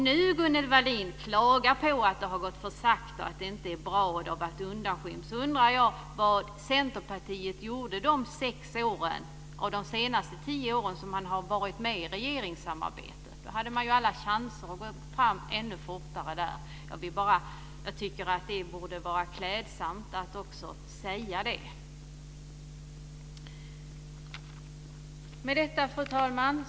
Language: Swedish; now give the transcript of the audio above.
Om Gunnel Wallin klagar på att det har gått för sakta, att det inte är bra och att det har varit undanskymt undrar jag vad Centerpartiet gjorde de sex år som man var med i regeringssamarbetet. Då hade man alla chanser att gå fram ännu fortare. Jag tycker att det skulle vara klädsamt om hon också sade det. Fru talman!